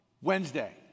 Wednesday